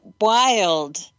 wild